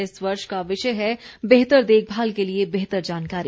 इस वर्ष का विषय है बेहतर देखभाल के लिए बेहतर जानकारी